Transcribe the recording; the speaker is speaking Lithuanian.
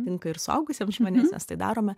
tinka ir suaugusiems žmonėms mes tai darome